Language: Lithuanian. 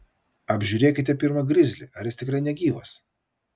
apžiūrėkite pirma grizlį ar jis tikrai negyvas